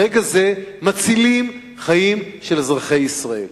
ברגע זה מצילים חיים של אזרחי ישראל.